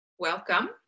Welcome